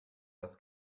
das